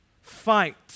Fight